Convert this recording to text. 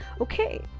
Okay